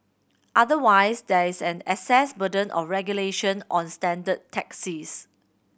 otherwise there is an access burden of regulation on standard taxis